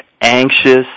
anxious